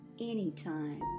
anytime